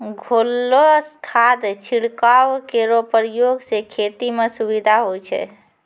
घोललो खाद छिड़काव केरो प्रयोग सें खेती म सुविधा होय छै